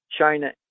China